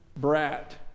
brat